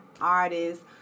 artists